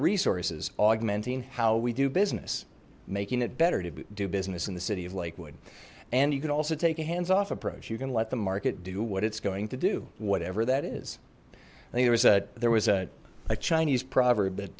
resources augmenting how we do business making it better to do business in the city of lakewood and you can also take a hands off approach you can let the market do what it's going to do whatever that is the other said there was a chinese proverb